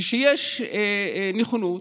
כשיש נכונות.